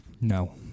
No